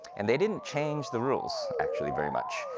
and they didn't change the rules, actually, very much.